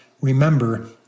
remember